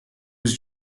was